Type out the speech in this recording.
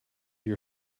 your